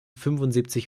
fünfundsiebzig